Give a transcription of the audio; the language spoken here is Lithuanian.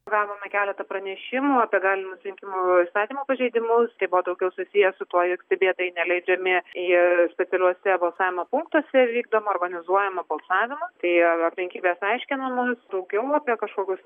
gavome keletą pranešimų apie galimus rinkimų įstatymo pažeidimus tai buvo daugiau susiję su tuo jog stebėtai neleidžiami į specialiuose balsavimo punktuose vykdomą organizuojamą balsavimą tai aplinkybės aiškinamos daugiau apie kažkokius